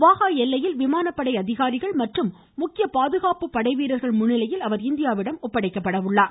வாஹா எல்லையில் விமானப்படை அதிகாரிகள் மற்றும் முக்கிய பாதுகாப்பு படைவீரர்கள் முன்னிலையில் அவர் இந்தியாவிடம் ஒப்படைக்கப்படுகிறார்